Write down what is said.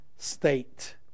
State